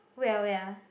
wait ah wait ah